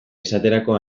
esaterako